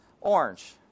orange